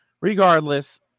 Regardless